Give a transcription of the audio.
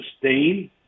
sustain